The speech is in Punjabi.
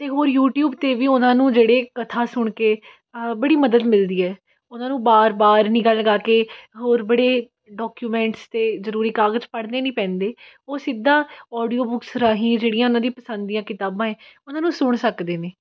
ਅਤੇ ਹੋਰ ਯੂਟਿਊਬ 'ਤੇ ਵੀ ਉਹਨਾਂ ਨੂੰ ਜਿਹੜੇ ਕਥਾ ਸੁਣ ਕੇ ਬੜੀ ਮਦਦ ਮਿਲਦੀ ਹੈ ਉਹਨਾਂ ਨੂੰ ਬਾਰ ਬਾਰ ਨਿਗ੍ਹਾ ਲਗਾ ਕੇ ਹੋਰ ਬੜੇ ਡਾਕੂਮੈਂਟਸ ਅਤੇ ਜ਼ਰੂਰੀ ਕਾਗਜ ਪੜ੍ਹਨੇ ਨਹੀਂ ਪੈਂਦੇ ਉਹ ਸਿੱਧਾ ਆਡੀਓ ਬੁੱਕਸ ਰਾਹੀਂ ਜਿਹੜੀਆਂ ਉਹਨਾਂ ਦੀ ਪਸੰਦ ਦੀਆਂ ਕਿਤਾਬਾਂ ਨੇ ਉਹਨਾਂ ਨੂੰ ਸੁਣ ਸਕਦੇ ਨੇ